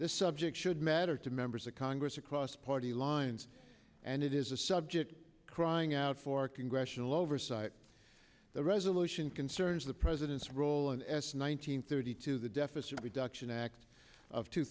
this subject should matter to members of congress across party lines and it is a subject crying out for congressional oversight the resolution concerns the president's roland s one nine hundred thirty two the deficit reduction act of two